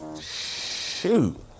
Shoot